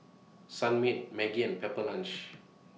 Sunmaid Maggi and Pepper Lunch